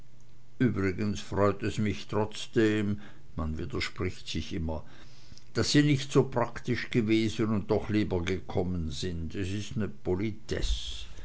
übrigens freut es mich trotzdem man widerspricht sich immer daß sie nicht so praktisch gewesen und doch lieber gekommen sind es is ne politesse